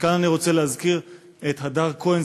כאן אני רוצה להזכיר את הדר כהן,